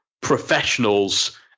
professionals